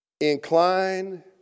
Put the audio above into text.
Incline